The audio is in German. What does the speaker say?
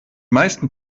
meisten